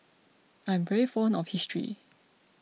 I'm very fond of history